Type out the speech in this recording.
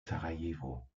sarajevo